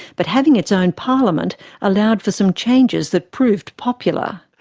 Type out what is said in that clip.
but having its own parliament allowed for some changes that proved popular.